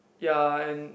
ya and